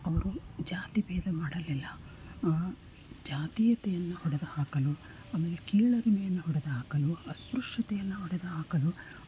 ಅವರು ಜಾತಿ ಭೇದ ಮಾಡಲಿಲ್ಲ ಜಾತೀಯತೆಯನ್ನು ಹೊಡೆದು ಹಾಕಲು ಆಮೇಲೆ ಕೀಳರಿಮೆಯನ್ನು ಹೊಡೆದು ಹಾಕಲು ಅಸ್ಪೃಶ್ಯತೆಯನ್ನು ಹೊಡೆದು ಹಾಕಲು